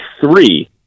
three